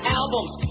albums